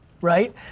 right